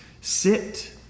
Sit